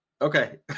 Okay